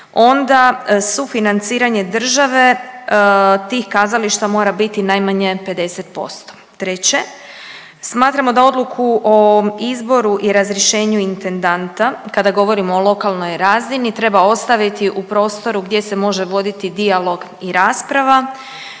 onda sufinanciranje države, tih kazališta mora biti najmanje 50%. Treće, smatramo da odluku o izboru i razrješenju intendanta kada govorimo o lokalnoj razini treba ostaviti u prostoru gdje se može voditi dijalog i rasprava